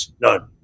None